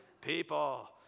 People